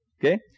Okay